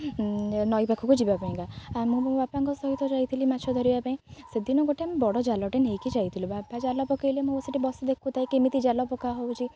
ନଈ ପାଖକୁ ଯିବା ପାଇଁକା ଆଉ ମୁଁ ମୋ ବାପାଙ୍କ ସହିତ ଯାଇଥିଲି ମାଛ ଧରିବା ପାଇଁ ସେଦିନ ଗୋଟେ ଆମେ ବଡ଼ ଜାଲଟେ ନେଇକି ଯାଇଥିଲୁ ବାପା ଜାଲ ପକେଇଲେ ମୁଁ ସେଠି ବସି ଦେଖୁଥାଏ କେମିତି ଜାଲ ପକା ହେଉଛି